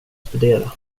studera